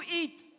eat